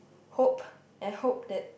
hope I hope that